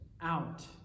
out